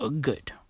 good